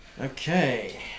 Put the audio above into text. Okay